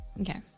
Okay